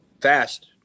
fast